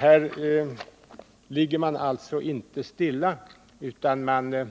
Här ligger man alltså inte stilla utan